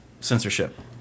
censorship